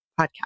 podcast